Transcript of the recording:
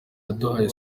yaduhaye